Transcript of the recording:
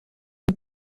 une